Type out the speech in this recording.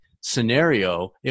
scenario